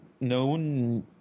known